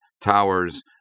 Towers